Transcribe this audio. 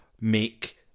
make